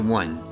one